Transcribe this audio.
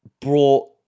brought